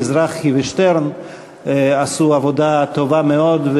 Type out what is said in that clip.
מזרחי ושטרן עשו עבודה טובה מאוד,